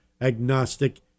agnostic